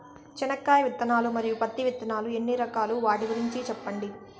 చెనక్కాయ విత్తనాలు, మరియు పత్తి విత్తనాలు ఎన్ని రకాలు వాటి గురించి సెప్పండి?